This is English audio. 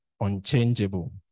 unchangeable